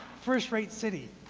first-rate city.